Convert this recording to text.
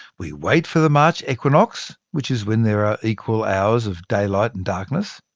we wait for the march equinox, which is when there are equal hours of daylight and darkness.